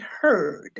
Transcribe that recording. heard